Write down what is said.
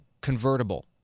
convertible